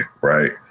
right